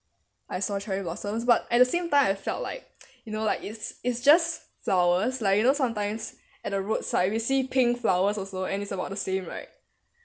I saw cherry blossoms but at the same time I felt like you know like it's it's just flowers like you know sometimes at the roadside we see pink flowers also and it's about the same right